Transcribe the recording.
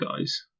guys